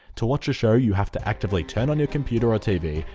to watch a show you have to actively turn on your computer or tv,